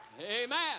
Amen